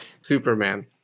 Superman